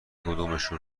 کدومشون